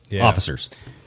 officers